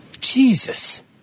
Jesus